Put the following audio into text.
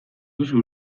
duzu